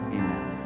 amen